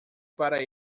para